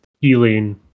healing